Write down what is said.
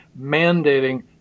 mandating